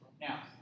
now